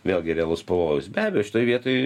vėlgi realus pavojus be abejo šitoj vietoj